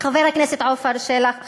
חבר הכנסת עפר שלח,